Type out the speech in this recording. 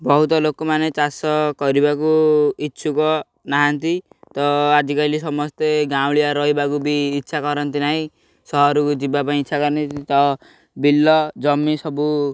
ବହୁତ ଲୋକମାନେ ଚାଷ କରିବାକୁ ଇଚ୍ଛୁକ ନାହାନ୍ତି ତ ଆଜିକାଲି ସମସ୍ତେ ଗାଉଁଲିଆ ରହିବାକୁ ବି ଇଚ୍ଛା କରନ୍ତି ନାହିଁ ସହରକୁ ଯିବା ପାଇଁ ଇଚ୍ଛା କରନ୍ତି ତ ବିଲ ଜମି ସବୁ